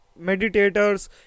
meditators